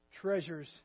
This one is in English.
treasures